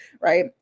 right